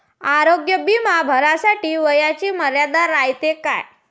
आरोग्य बिमा भरासाठी वयाची मर्यादा रायते काय?